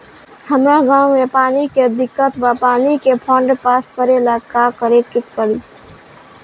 हमरा गॉव मे पानी के दिक्कत बा पानी के फोन्ड पास करेला का करे के पड़ी?